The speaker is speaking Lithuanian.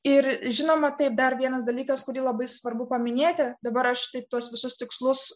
ir žinoma tai dar vienas dalykas kurį labai svarbu paminėti dabar aš taip tuos visus tikslus